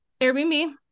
airbnb